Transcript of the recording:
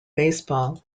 baseball